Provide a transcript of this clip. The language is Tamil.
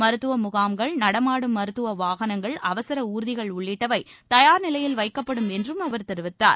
மருத்துவ முகாம்கள் நடமாடும் மருத்துவ வாகனங்கள் அவசர ஊர்திகள் உள்ளிட்டவை தயார் நிலையில் வைக்கப்படும் என்றும் அவர் தெரிவித்தார்